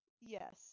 Yes